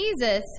Jesus